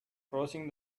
crossing